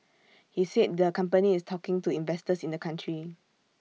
he said the company is talking to investors in the country